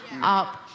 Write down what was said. up